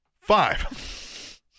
Five